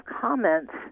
comments